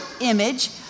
image